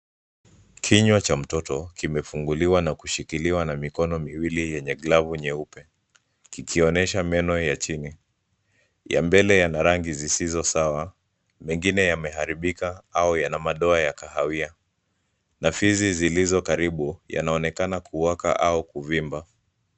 Kinywa cha mtoto kimefunguliwa na kushikiliwa na mikono miwili yenye glavu nyeupe, kikionyesha meno ya chini. Ya mbele yana rangi zisizo sawa, mengine yameharibika au yana madoa ya kahawia, na fizi zilizo karibu zinaonekana kuvimba.